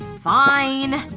fine.